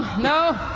no.